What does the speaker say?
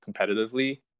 competitively